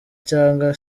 cyangwa